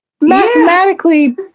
Mathematically